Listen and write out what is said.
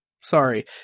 sorry